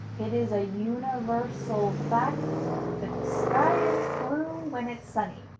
it is a universal fact that the sky is blue when it's sunny.